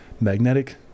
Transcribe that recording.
magnetic